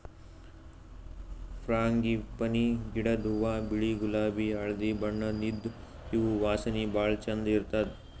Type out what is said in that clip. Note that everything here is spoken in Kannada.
ಫ್ರಾಂಗಿಪನಿ ಗಿಡದ್ ಹೂವಾ ಬಿಳಿ ಗುಲಾಬಿ ಹಳ್ದಿ ಬಣ್ಣದ್ ಇದ್ದ್ ಇವ್ ವಾಸನಿ ಭಾಳ್ ಛಂದ್ ಇರ್ತದ್